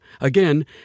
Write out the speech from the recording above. Again